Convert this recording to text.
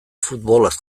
futbolaz